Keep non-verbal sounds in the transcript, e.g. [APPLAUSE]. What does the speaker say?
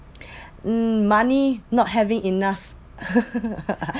um money not having enough [LAUGHS]